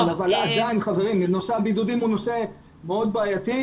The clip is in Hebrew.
עדיין נושא הבידודים הוא נושא מאוד בעייתי.